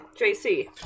jc